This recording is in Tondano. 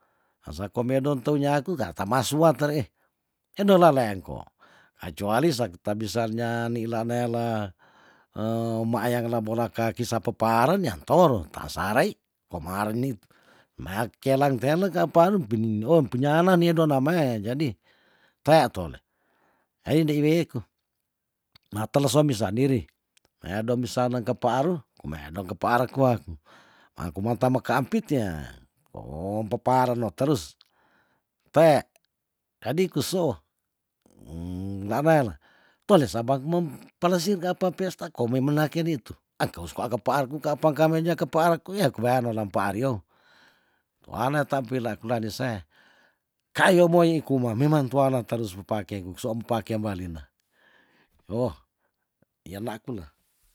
Asa komedon teu nyaku kea tamaas suat tere e hedola leangko acuali sakita misalnya neila neal maayang la bola kaki sape pearen yam toro tasa rei kemaren nitu mea kelang telek ka apa anu pining noon punya nan neodemae jadi tea tole jadi de wieku mateles suami sandiri ya dong bisa nengkep paaru kumea dong kepaar kwa aku ha kuman tame keampit yah oh mpeparen no terus te jadi kuso lanaela tole sabak mem pelesir ka apa pesta ko mei menaken nitu angkeus kwa kepaarku ka apang kameja kepaarku ya ku weano laampa ariou tuana ta peila kula dese kayo moi kuma memang tuana terus mepakeng soempakem walina oh iya nakune